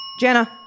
Jenna